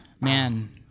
man